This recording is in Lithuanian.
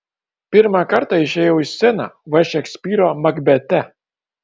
pirmą kartą išėjau į sceną v šekspyro makbete